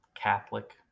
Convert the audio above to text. Catholic